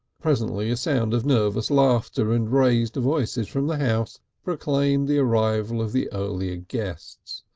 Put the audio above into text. presently a sound of nervous laughter and raised voices from the house proclaimed the arrival of the earlier guests,